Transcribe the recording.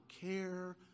care